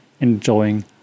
enjoying